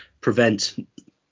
prevent